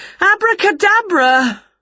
Abracadabra